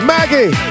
Maggie